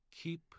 keep